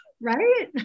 Right